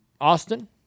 Austin